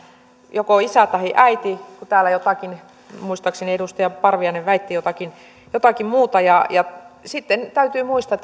joko isä tai äiti kun täällä muistaakseni edustaja parviainen väitti jotakin jotakin muuta sitten täytyy muistaa